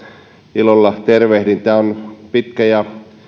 ilolla tervehdin tämä on pitkä ja